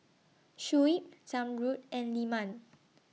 Shuib Zamrud and Leman